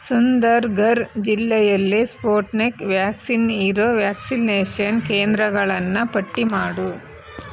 ಸುಂದರ್ಗರ್ ಜಿಲ್ಲೆಯಲ್ಲಿ Sputnik vaccine ಇರೋ vaccination ಕೇಂದ್ರಗಳನ್ನು ಪಟ್ಟಿ ಮಾಡು